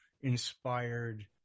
inspired